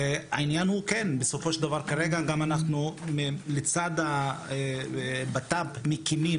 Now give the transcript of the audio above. העניין הוא כן בסופו של דבר כרגע גם אנחנו לצד הבט"פ מקימים,